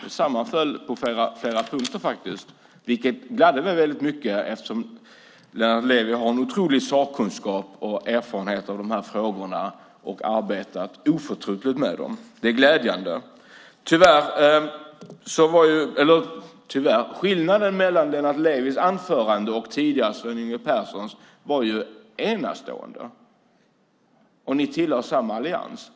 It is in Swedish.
Det sammanföll faktiskt på flera punkter vilket gladde mig väldigt mycket, eftersom Lennart Levi har en otrolig sakkunskap om och erfarenhet av de här frågorna och har arbetat oförtröttligt med dem. Det är glädjande. Skillnaden mellan Lennart Levis anförande och Sven Yngve Perssons var enastående. Ni tillhör samma allians.